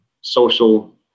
social